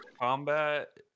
combat